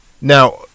now